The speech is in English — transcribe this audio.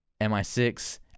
MI6